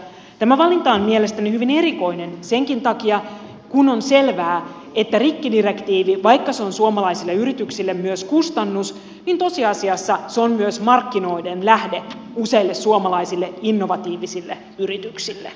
tämä valinta on mielestäni hyvin erikoinen senkin takia kun on selvää että vaikka rikkidirektiivi on suomalaisille yrityksille myös kustannus niin tosiasiassa se on myös markkinoiden lähde useille suomalaisille innovatiivisille yrityksille